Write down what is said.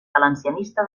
valencianista